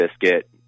Biscuit